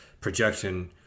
projection